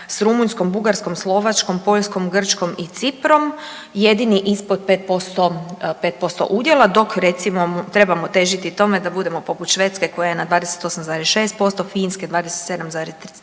s Rumunjskom, Bugarskom, Slovačkom, Poljskom, Grčkom i Ciprom jedini ispod 5%, 5% udjela dok recimo trebamo težiti tome da budemo poput Švedske koja je na 28,6%, Finske 27,3